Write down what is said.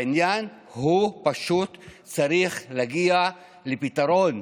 העניין הוא פשוט: צריך להגיע לפתרון.